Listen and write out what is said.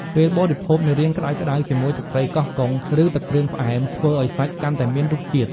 ពេលបរិភោគនៅរាងក្ដៅៗជាមួយទឹកត្រីកោះកុង ឬទឹកគ្រឿងផ្អែម ធ្វើឱ្យសាច់កាន់តែមានរសជាតិ។